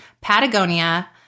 Patagonia